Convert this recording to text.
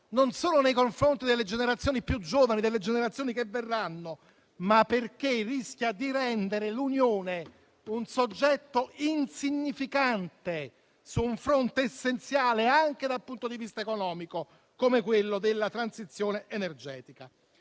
non solo nei confronti delle generazioni più giovani e di quelle che verranno, ma perché rischia di rendere l'Unione un soggetto insignificante su un fronte essenziale anche dal punto di vista economico, come quello della transizione energetica.